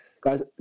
guys